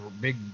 big